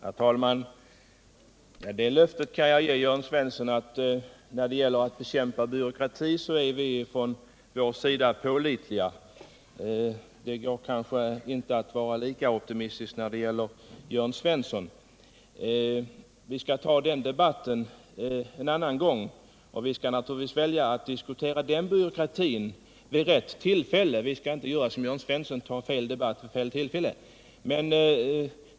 Herr talman! Det löftet kan jag ge Jörn Svensson, att när det gäller att bekämpa byråkratin så är vi från vår sidå pålitliga. Det går kanske inte att vara lika optimistisk när det gäller Jörn Svensson. Vi skall ta den debatten en annan gång, och vi skall naturligtvis välja att diskutera den byråkratin vid rätt tillfälle — vi skall inte göra som Jörn Svensson, dvs. ta fel debatt vid fel tillfälle.